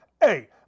Hey